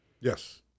Yes